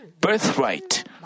birthright